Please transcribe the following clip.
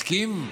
מסכים?